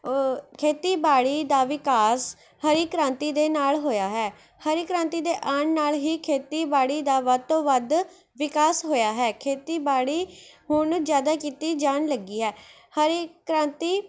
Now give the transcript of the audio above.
ਖੇਤੀਬਾੜੀ ਦਾ ਵਿਕਾਸ ਹਰੀ ਕ੍ਰਾਂਤੀ ਦੇ ਨਾਲ਼ ਹੋਇਆ ਹੈ ਹਰੀ ਕ੍ਰਾਂਤੀ ਦੇ ਆਉਣ ਨਾਲ਼ ਹੀ ਖੇਤੀਬਾੜੀ ਦਾ ਵੱਧ ਤੋਂ ਵੱਧ ਵਿਕਾਸ ਹੋਇਆ ਹੈ ਖੇਤੀਬਾੜੀ ਹੁਣ ਜ਼ਿਆਦਾ ਕੀਤੀ ਜਾਣ ਲੱਗੀ ਹੈ ਹਰੀ ਕ੍ਰਾਂਤੀ